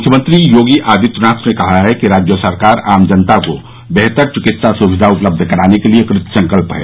मुख्यमंत्री योगी आदित्यनाथ ने कहा है कि राज्य सरकार आम जनता को बेहतर चिकित्सा सुविधा उपलब्ध कराने के लिये कृतसंकल्प है